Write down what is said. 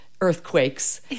earthquakes